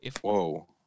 Whoa